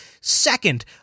second